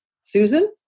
Susan